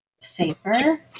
safer